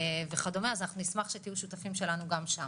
וכדומה, אז אנחנו נשמח שתהיו שותפים שלנו גם שם.